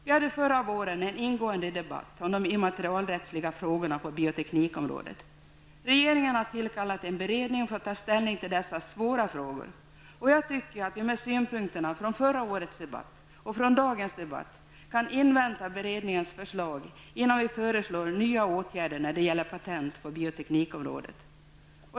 Vi hade förra våren en ingående debatt om de immaterialrättsliga frågorna på bioteknikområdet. Regeringen har tillkallat en beredning för att ta ställning till dessa svåra frågor. Jag tycker att vi med synpunkterna från förra årets debatt och från dagens debatt kan invänta beredningens förslag innan vi föreslår nya åtgärder som gäller patent på bioteknikområdet.